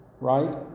right